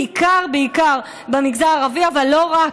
בעיקר בעיקר במגזר הערבי אבל לא רק,